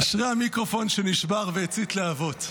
אשרי המיקרופון שנשבר והצית להבות.